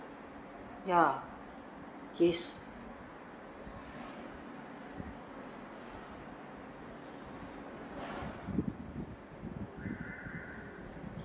ya he's